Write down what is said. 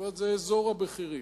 מאזור הבכירים: